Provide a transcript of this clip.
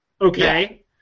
Okay